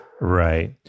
Right